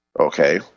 Okay